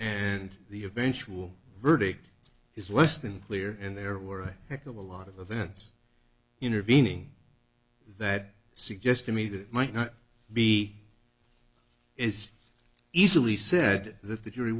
and the eventual verdict is worse than clear and there were a heck of a lot of events intervening that suggest to me that it might not be is easily said that the jury